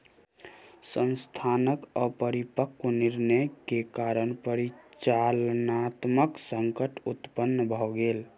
संस्थानक अपरिपक्व निर्णय के कारण परिचालनात्मक संकट उत्पन्न भ गेल